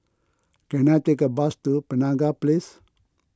can I take a bus to Penaga Place